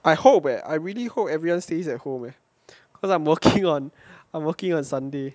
I hope leh I really hope everyone stays at home leh cause I'm working on I'm working on sunday